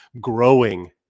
growing